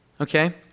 okay